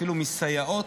אפילו מסייעות,